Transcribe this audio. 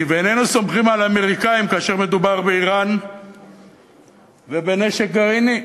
ואיננו סומכים על האמריקנים כאשר מדובר באיראן ובנשק גרעיני?